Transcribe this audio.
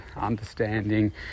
understanding